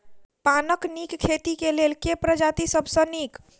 पानक नीक खेती केँ लेल केँ प्रजाति सब सऽ नीक?